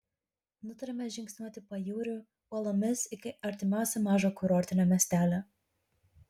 nutarėme žingsniuoti pajūriu uolomis iki artimiausio mažo kurortinio miestelio